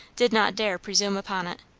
did not dare presume upon it.